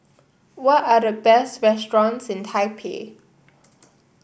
what are the best restaurants in Taipei